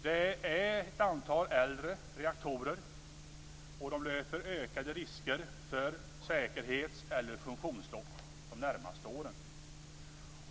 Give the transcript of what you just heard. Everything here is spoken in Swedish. Det finns ett antal äldre reaktorer som löper risker för säkerhets eller funktionsstopp de närmaste åren.